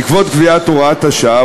בעקבות קביעת הוראת השעה,